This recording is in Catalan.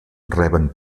reben